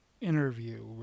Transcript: interview